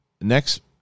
Next